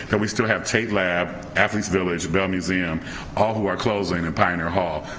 that we still have tate lab, athlete's village, the bell museum all who are closing and pioneer hall,